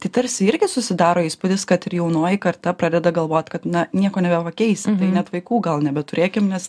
tai tarsi irgi susidaro įspūdis kad ir jaunoji karta pradeda galvot kad na nieko nebepakeisim net vaikų gal nebeturėkim nes